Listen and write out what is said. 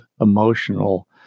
emotional